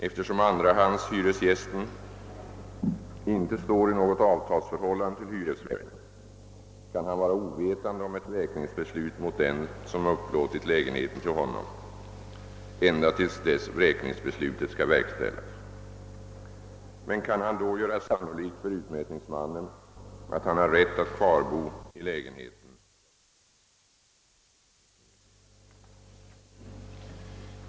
Eftersom andrahandshyresgästen inte står i något avtalsförhållande till hyresvärden kan han vara ovetande om ett vräkningsbeslut mot den som upplåtit lägenheten till honom, ända till dess vräkningsbeslutet skall verkställas. Men kan han då göra sannolikt för utmätningsmannen att han har rätt att bo kvar i lägenheten, meddelas anstånd med vräkningen.